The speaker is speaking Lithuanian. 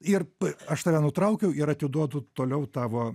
ir aš tave nutraukiau ir atiduodu toliau tavo